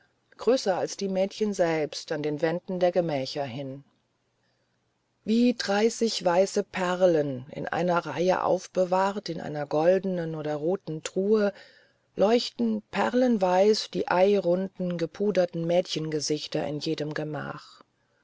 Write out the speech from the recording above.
größer als die kleinen mädchen an den wänden der gemächer hin wie dreißig weiße perlen in einer reihe aufbewahrt in einer goldenen oder roten truhe leuchten perlenweiß die eirunden gepuderten mädchengesichter in jedem gemach